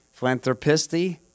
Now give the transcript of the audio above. Philanthropisty